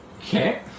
Okay